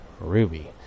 ruby